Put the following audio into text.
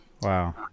Wow